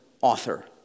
author